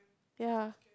ya